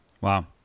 Wow